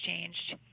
changed